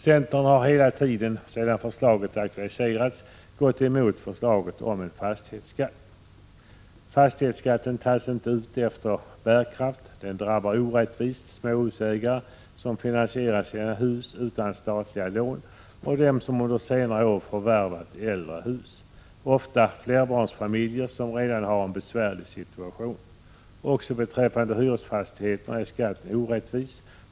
Centern har hela tiden sedan förslaget aktualiserades gått emot förslaget om en fastighetsskatt. Fastighetsskatten tas inte ut efter bärkraft. Den drabbar orättvist småhusägare som finansierat sina hus utan statliga lån och dem som under senare år förvärvat äldre hus, ofta flerbarnsfamiljer som redan har en besvärlig situation. Också beträffande hyresfastigheterna är skatten orättvis.